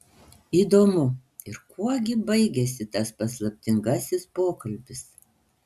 įdomu ir kuom gi baigėsi tas paslaptingasis pokalbis